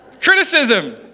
Criticism